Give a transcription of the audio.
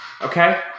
Okay